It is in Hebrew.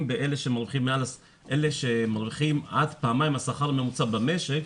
באלה שהם הולכים עד פעמיים השכר הממוצע במשק,